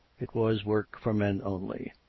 it was work for men only.